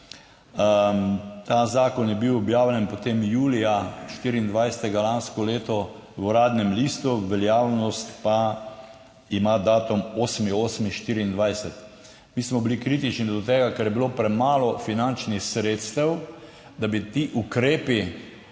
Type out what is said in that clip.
Ta zakon je bil objavljen potem julija 24. lansko leto v Uradnem listu, veljavnost pa ima datum 8. 8. 2024. Mi smo bili kritični do tega, ker je bilo premalo finančnih sredstev, da bi ti ukrepi,